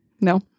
No